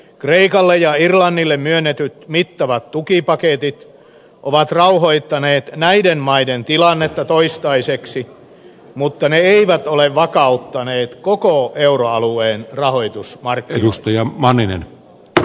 kreikalle ja irlannille myönnetyt mittavat tukipaketit ovat rauhoittaneet näiden maiden tilannetta toistaiseksi mutta ne eivät ole vakauttaneet koko euroalueen rahoitusmarkkinoita